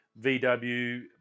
VW